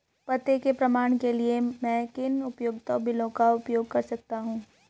पते के प्रमाण के लिए मैं किन उपयोगिता बिलों का उपयोग कर सकता हूँ?